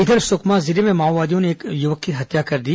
इधर सुकमा जिले में माओवादियों ने एक युवक की हत्या कर दी